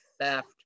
theft